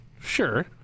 Sure